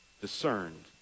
discerned